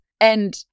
And-